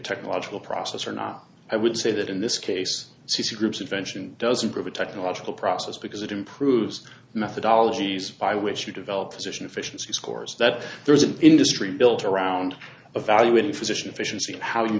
technological process or not i would say that in this case c c groups invention doesn't prove a technological process because it improves methodologies by which you develop position efficiency scores that there is an industry built around a value in physician efficiency how